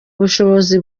ubushobozi